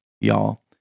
y'all